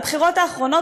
בבחירות האחרונות,